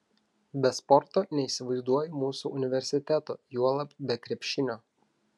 be sporto neįsivaizduoju mūsų universiteto juolab be krepšinio